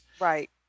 right